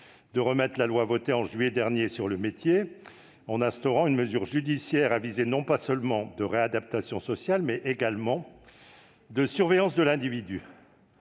de remettre la loi votée en juillet dernier sur le métier, en instaurant une mesure judiciaire à visée non pas seulement de réadaptation sociale, mais également de surveillance de l'individu.